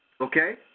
okay